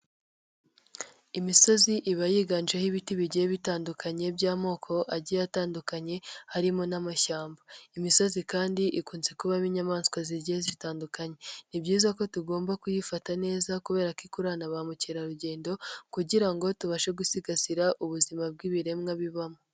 Imisozi iba yiganjemo ibiti bigiye bitandukanye by'amoko agiye atandukanye harimo n'amashyamba. Imisozi kandi ikunze kuba inyamaswa zigiye zitandukanye. Ni byiza ko tugomba kuyifata neza kubera ko i ikurura na ba mukerarugendo, kugira ngo tubashe gusigasira ubuzima bw'ibiremwa bibamo.